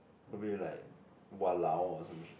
probably like !walao! or some shit